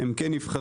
הם כן נבחרים.